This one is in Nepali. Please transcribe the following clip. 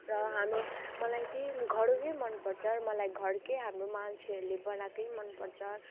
र हाम्रो मलाई त्यहीँ घर मनपर्छ मलाई घरकै हाम्रो मान्छेहरूले बनाएकै मनपर्छ